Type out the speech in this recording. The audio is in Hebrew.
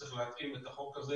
וצריך להתאים את החוק הזה